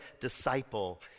disciple